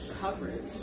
coverage